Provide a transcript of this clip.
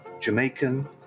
Jamaican